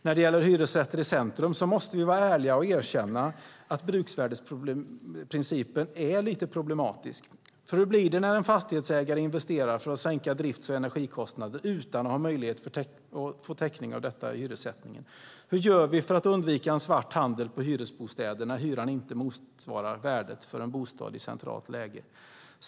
När det gäller hyresrätter i centrum måste vi vara ärliga och erkänna att bruksvärdesprincipen är lite problematisk. Hur blir det när en fastighetsägare investerar för att sänka drifts och energikostnader utan att ha möjlighet att få täckning för detta i hyressättningen? Hur gör vi för att undvika en svart handel på hyresbostäder när hyran inte motsvarar värdet för en bostad i centralt läge?